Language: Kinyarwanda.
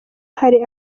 hari